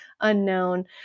unknown